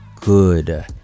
good